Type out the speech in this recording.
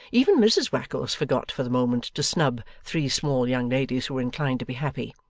even mrs wackles forgot for the moment to snub three small young ladies who were inclined to be happy,